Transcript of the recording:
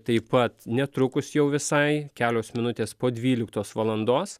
taip pat netrukus jau visai kelios minutės po dvyliktos valandos